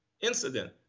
incident